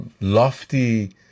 lofty